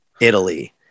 Italy